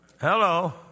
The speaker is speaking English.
Hello